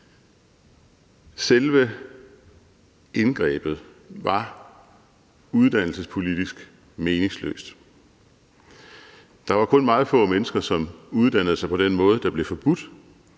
Selve indgrebet var uddannelsespolitisk meningsløst. Der var kun meget få mennesker, som uddannede sig på den måde, der blev forbudt,